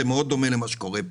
זה מאוד דומה למה שקורה פה.